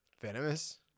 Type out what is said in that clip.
Venomous